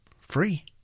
Free